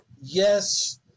yes